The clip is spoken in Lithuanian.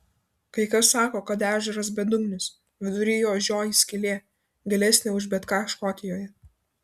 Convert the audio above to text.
kai kas sako kad ežeras bedugnis vidury jo žioji skylė gilesnė už bet ką škotijoje